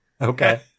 Okay